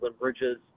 Bridges